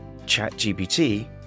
ChatGPT